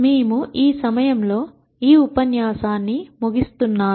మేము ఈ సమయంలో ఈ ఉపన్యాసాన్ని ముగించాము